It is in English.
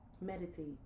meditate